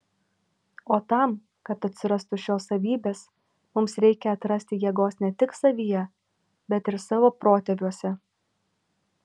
o tam kad atsirastų šios savybės mums reikia atrasti jėgos ne tik savyje bet ir savo protėviuose